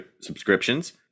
subscriptions